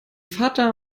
vater